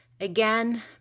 Again